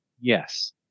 Yes